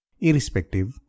irrespective